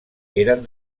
eren